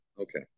okay